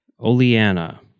Oleana